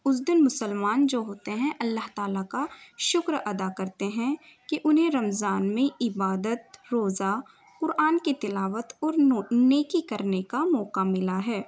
اس دن مسلمان جو ہوتے ہیں اللہ تعالیٰ کا شکر ادا کرتے ہیں کہ انہیں رمضان میں عبادت روزہ قرآن کی تلاوت اور نوک نیکی کرنے کا موقع ملا ہے